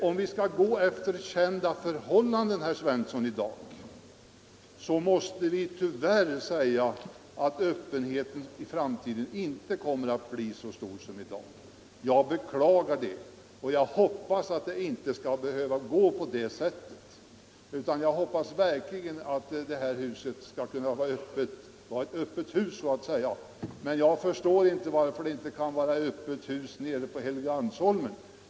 Om vi skall gå efter i dag kända förhållanden, herr Svensson, måste vi tyvärr säga att öppenheten i framtiden inte torde komma att bli så stor som i dag. Jag beklagar det och hoppas att det inte skall behöva gå på det sättet, utan jag hoppas verkligen att riksdagen skall kunna så att säga hålla öppet hus. Men jag förstår inte varför det inte kan vara öppet hus på Helgeandsholmen.